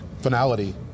finality